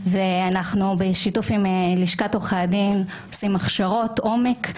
ואנחנו בשיתוף עם לשכת עורכי הדין עושים הכשרות עומק לכך.